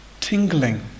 tingling